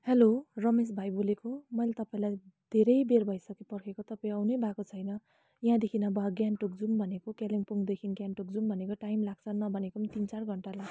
hello Ramesh भाइ बोलेको हो मैले तपाईँलाई धेरैबेर भइसक्यो पर्खेको तपाईँ आउनै भएको छैन यहाँदेखि अब गान्तोक जाउँ भनेको कालिम्पोङदेखि गान्तोक जाउँ भनेको टाइम लाग्छ नभनेको पनि तिन चार घन्टा लाग्छ